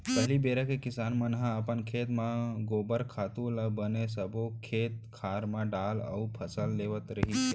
पहिली बेरा के किसान मन ह अपन खेत म गोबर खातू ल बने सब्बो खेत खार म डालय अउ फसल लेवत रिहिस हे